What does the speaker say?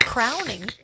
Crowning